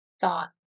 thought